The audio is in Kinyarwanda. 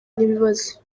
n’ibibazo